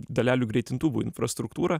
dalelių greitintuvų infrastruktūrą